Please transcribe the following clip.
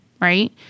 right